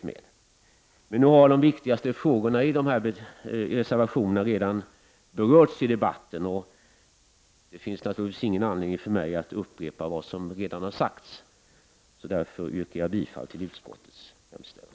Men de viktigaste frågorna i reservationerna har redan berörts i debatten, och det finns naturligtvis ingen anledning för mig att upprepa vad som redan har sagts. Jag vill därför yrka bifall till utskottets hemställan.